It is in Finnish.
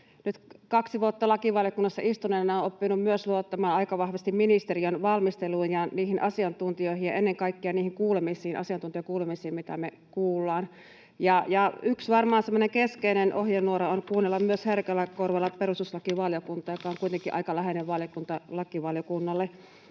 kaksi vuotta lakivaliokunnassa nyt istuneena, olen oppinut myös luottamaan aika vahvasti ministeriön valmisteluun ja niihin asiantuntijoihin ja ennen kaikkea niihin asiantuntijakuulemisiin, mitä me kuullaan. Ja varmaan yksi semmoinen keskeinen ohjenuora on kuunnella herkällä korvalla myös perustuslakivaliokuntaa, joka on kuitenkin aika läheinen valiokunta